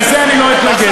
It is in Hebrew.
לזה אני לא אתנגד.